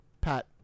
Pat